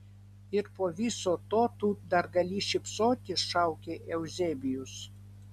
ir po viso to tu dar gali šypsotis šaukė euzebijus